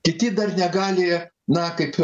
kiti dar negali na kaip